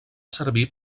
servir